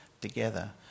together